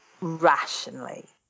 rationally